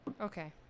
Okay